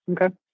Okay